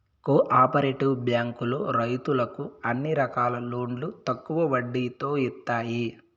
co operative బ్యాంకులో రైతులకు అన్ని రకాల లోన్లు తక్కువ వడ్డీతో ఇత్తాయి